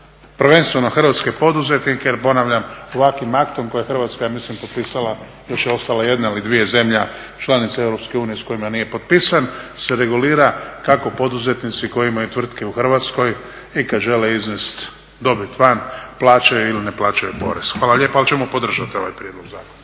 prvenstveno hrvatske poduzetnike jer ponavljam ovakvim aktom kojeg je Hrvatska ja mislim potpisala još je ostala jedna ili dvije zemlja članica Europske unije s kojima nije potpisan se regulira kako poduzetnici koji imaju tvrtke u Hrvatskoj i kada žele iznijeti dobit van plaćaju ili ne plaćaju porez. Hvala lijepa. Ali ćemo podržati ovaj prijedlog zakona.